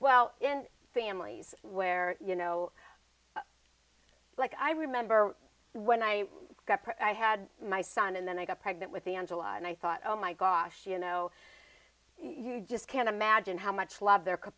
well in families where you know like i remember when i got i had my son and then i got pregnant with the angela and i thought oh my gosh you know you just can't imagine how much love there could